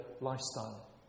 lifestyle